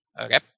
Okay